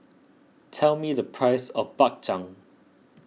tell me the price of Bak Chang